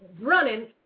running